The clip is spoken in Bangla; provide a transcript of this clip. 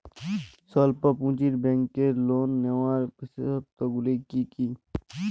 স্বল্প পুঁজির ব্যাংকের লোন নেওয়ার বিশেষত্বগুলি কী কী?